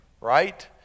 Right